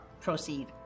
Proceed